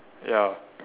ya